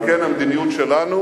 על כן, המדיניות שלנו